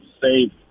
safe